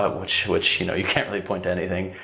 ah which which you know you can't really point to anything.